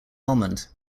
almond